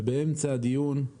ובאמצע הדיון הוא